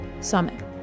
Summit